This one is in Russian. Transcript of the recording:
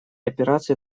операции